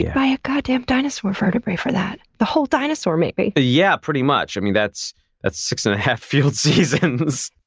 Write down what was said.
yeah buy a god damn dinosaur vertebrae for that. the whole dinosaur maybe. yeah pretty much. i mean, that's that's six and a half field seasons.